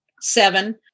seven